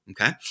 Okay